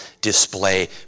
display